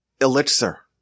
elixir